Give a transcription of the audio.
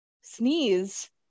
sneeze